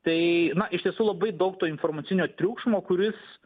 tai na iš tiesų labai daug to informacinio triukšmo kuris